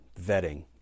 vetting